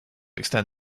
extend